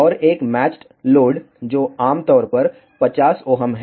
और एक matched load जो आमतौर पर 50 Ω है